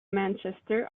manchester